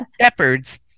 shepherds